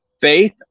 faith